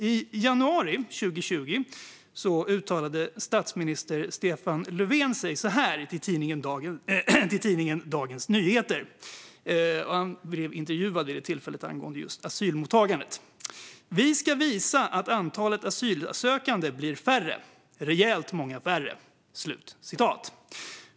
I januari 2020 uttalade sig statsminister Stefan Löfven så här i tidningen Dagens Nyheter i en intervju angående just asylmottagandet: "Vi ska visa att antalet asylsökande blir färre - rejält många färre."